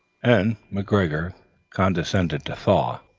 and mcgregor condescended to thaw.